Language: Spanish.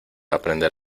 aprender